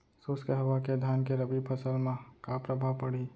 शुष्क हवा के धान के रबि फसल मा का प्रभाव पड़ही?